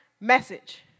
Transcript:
message